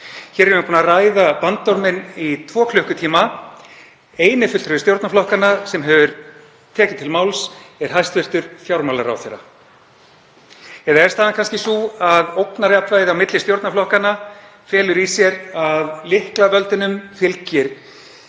Hér erum við búin að ræða bandorminn í tvo klukkutíma. Eini fulltrúi stjórnarflokkanna sem hefur tekið til máls er hæstv. fjármálaráðherra. Er staðan kannski sú að ógnarjafnvægið milli stjórnarflokkanna felur í sér að lyklavöldunum fylgi